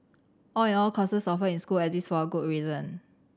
all in all courses offered in school exist for a good reason